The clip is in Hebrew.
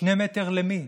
שני מטר למי?